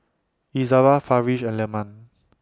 Izara Farish and Leman